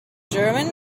german